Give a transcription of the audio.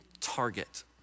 target